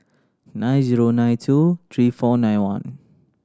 nine zero nine two three four nine one